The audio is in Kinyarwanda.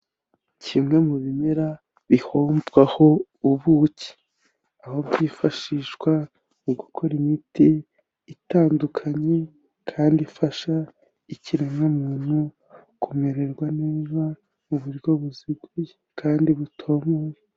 Kimwe mu bimera bihomvwaho ubuki. Aho byifashishwa mu gukora imiti itandukanye kandi ifasha ikiremwamuntu kumererwa neza mu buryo buziguye kandi butomoye.